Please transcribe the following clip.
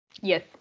Yes